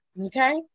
okay